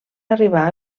arribar